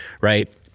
Right